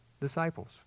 disciples